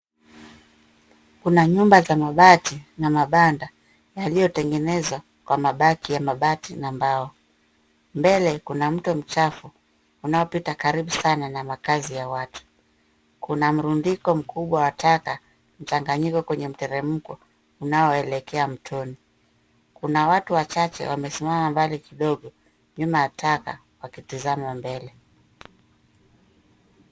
Kuna nyumba za mabati na mabanda yaliyotengenezwa kwa mabaki za mabati na mbao. Mbele kuna mto mchafu unaopita karibu sana na makazi ya watu. Kuna mrundiko mkubwa wa taka mchanganyiko kwenye mteremko unaoelekea mtooni. Kuna watu wachache wamesimama mbali kidogo nyuma ya taka wakisimama mbele.